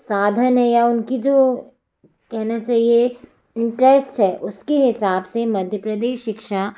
साधन है या उनकी जो कहना चाहिए इंटरेस्ट है उसके हिसाब से मध्य प्रदेश शिक्षा